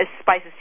spices